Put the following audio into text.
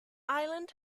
island